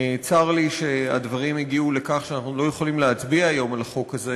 צר לי שהדברים הגיעו לכך שאנחנו לא יכולים להצביע היום על החוק הזה,